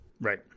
Right